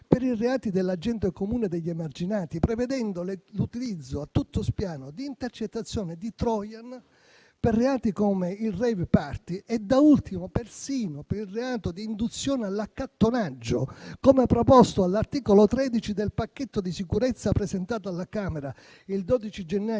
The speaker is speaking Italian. per i reati della gente comune e degli emarginati, prevedendo l'utilizzo a tutto spiano di intercettazioni e di *trojan* per reati come i *rave party* e, da ultimo, persino per il reato di induzione all'accattonaggio, come proposto dall'articolo 13 del pacchetto di sicurezza presentato alla Camera il 12 gennaio